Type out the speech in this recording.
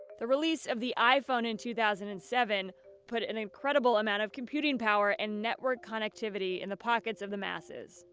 the release of the iphone in two thousand and seven put an incredible amount of computing power and network connectivity in the pockets of the masses.